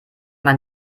man